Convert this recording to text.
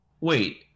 Wait